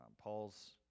Paul's